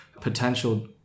potential